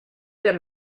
der